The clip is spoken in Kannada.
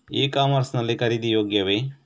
ಇ ಕಾಮರ್ಸ್ ಲ್ಲಿ ಖರೀದಿ ಯೋಗ್ಯವೇ?